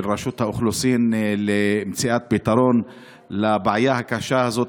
רשות האוכלוסין למציאת פתרון לבעיה הקשה הזאת,